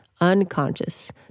unconscious